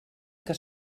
que